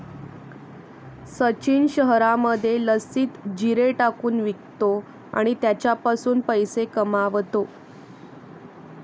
सचिन शहरामध्ये लस्सीत जिरे टाकून विकतो आणि त्याच्यापासून पैसे कमावतो